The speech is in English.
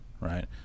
right